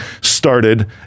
started